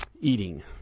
Eating